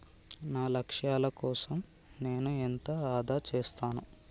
నా లక్ష్యాల కోసం నేను ఎంత ఆదా చేస్తాను?